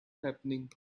happening